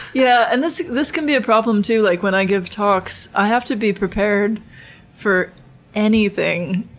yeah, and this this can be a problem too, like when i give talks. i have to be prepared for anything.